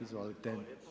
Izvolite.